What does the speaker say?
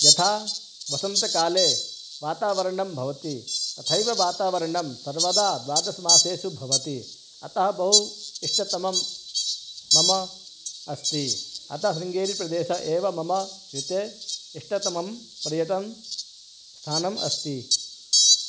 यथा वसन्तकाले वातावरणं भवति तथैव वातावरणं सर्वदा द्वादशमासेसु भवति अतः बहु इष्टतमं मम अस्ति अतः शृङ्गेरिप्रदेशः एव मम कृते इष्टतमं पर्यटनं स्थानम् अस्ति